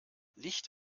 licht